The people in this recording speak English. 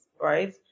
right